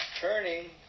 Turning